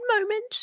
moment